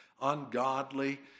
ungodly